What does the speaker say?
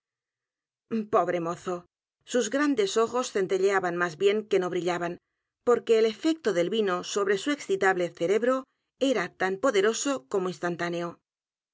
pobre mozo sus grandes ojos centelleaban más bien que no brillaban porque el efecto del vino sobre su excitable cerebro era tan poderoso como instantáedgar